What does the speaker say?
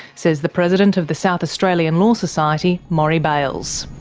says the president of the south australian law society, morry bailes.